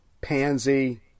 pansy